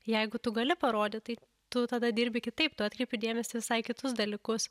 jeigu tu gali parodyt tai tu tada dirbi kitaip tu atkreipi dėmesį visai į kitus dalykus